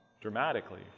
dramatically